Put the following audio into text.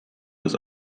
ist